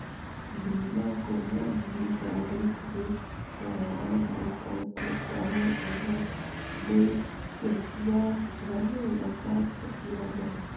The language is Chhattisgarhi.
बीमा कोनो भी गाड़ी के करवाये ले परथे चाहे ओहर दुई चकिया रहें या चार चकिया रहें